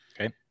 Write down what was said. Okay